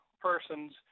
persons